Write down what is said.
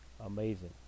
amazing